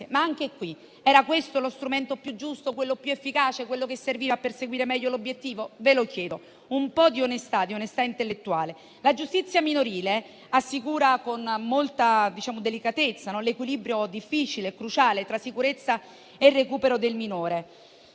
Anche qui, però, era questo lo strumento più giusto e più efficace che serviva a perseguire meglio l'obiettivo? Ve lo chiedo, insieme a un po' di onestà intellettuale. La giustizia minorile assicura con molta delicatezza l'equilibrio difficile e cruciale tra sicurezza e recupero del minore,